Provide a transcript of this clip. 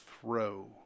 throw